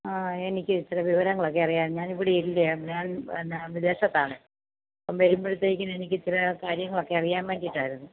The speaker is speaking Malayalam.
അ എനിക്ക് ഇച്ചിരെ വിവരങ്ങളൊക്കെ അറിയാൻ ഞാൻ ഇവിടെ ഇല്ലേ ഞാൻ പിന്നെ വിദേശത്താണ് വരുമ്പഴത്തേക്കിനും എനിക്ക് ഇച്ചിരെ കാര്യങ്ങളൊക്കെ അറിയാൻ വേണ്ടിയിട്ടായിരുന്നു